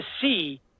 see